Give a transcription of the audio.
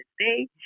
today